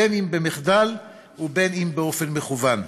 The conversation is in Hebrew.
בין אם במחדל ובין אם באופן מכוון.